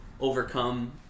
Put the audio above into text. overcome